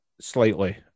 Slightly